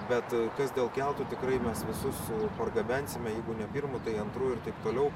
bet kas dėl keltų tikrai mes visus pargabensime jeigu ne pirmu tai antru ir taip toliau